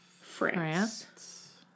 France